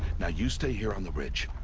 now you stay here on the ridge.